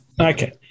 Okay